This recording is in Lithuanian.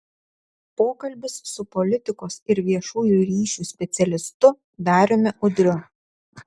pokalbis su politikos ir viešųjų ryšių specialistu dariumi udriu